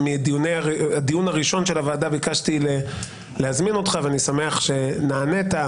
מהדיון הראשון של הוועדה ביקשתי להזמין אותך ואני שמח שנענית.